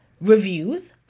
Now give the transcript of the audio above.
Reviews